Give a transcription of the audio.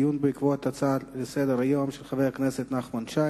דיון בעקבות הצעה לסדר-היום של חבר הכנסת נחמן שי.